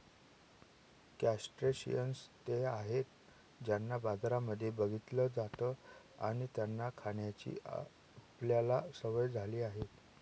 crustaceans ते आहेत ज्यांना बाजारांमध्ये बघितलं जात आणि त्यांना खाण्याची आपल्याला सवय झाली आहे